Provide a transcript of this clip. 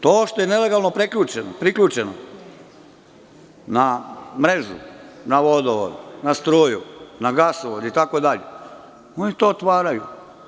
To što je nelegalno priključeno na mrežu, na vodovod, na struju, na gasovod itd, oni to otvaraju.